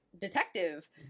detective